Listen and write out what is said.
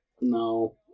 No